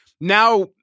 now